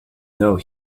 though